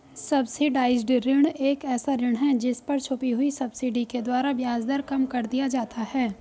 subsidised ऋण एक ऐसा ऋण है जिस पर छुपी हुई सब्सिडी के द्वारा ब्याज दर कम कर दिया जाता है